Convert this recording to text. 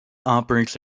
operates